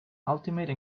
ultimate